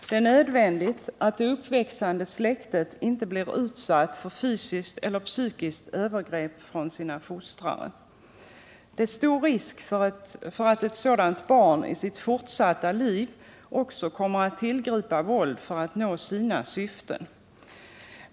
Det är nödvändigt att det uppväxande släktet inte blir utsatt för fysiskt eller psykiskt övergrepp från sina fostrare. Det är stor risk för att ett sådant barn i sitt fortsatta liv också kommer att tillgripa våld för att nå sina syften.